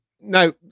Now